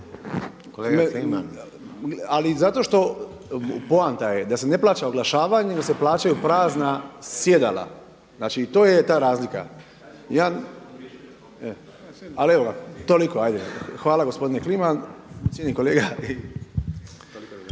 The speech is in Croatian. Ali i zato što, poanta je da se ne plaća oglašavanje nego se plaćaju prazna sjedala. Znači i to je ta razlika. Ali evo ga, toliko ajde, hvala gospodine Kliman, cijenjeni kolega